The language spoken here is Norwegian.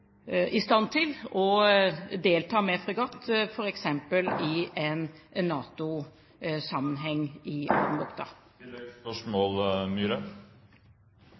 i stand til å delta med fregatter f.eks. i en NATO-sammenheng i